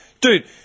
dude